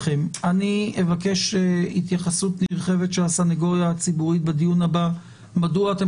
אבקש התייחסות נרחבת של הסנגוריה הציבורית בדיון הבא מדוע אתם